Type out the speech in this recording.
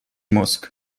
mózg